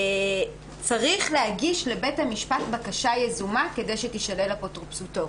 צריך להגיש לבית המשפט בקשה יזומה כדי שתישלל אפוטרוטפסותו.